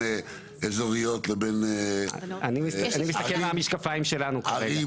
אזוריות לבין --- אני מסתכל מהמשקפיים שלנו כרגע.